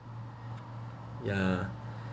ya